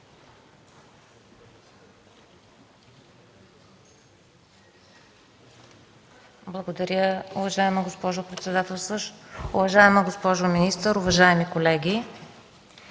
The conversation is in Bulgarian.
Благодаря. Уважаема госпожо председател, уважаеми господа министри, уважаеми колеги!